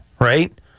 right